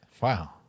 wow